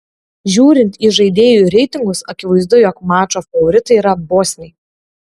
žiūrint į žaidėjų reitingus akivaizdu jog mačo favoritai yra bosniai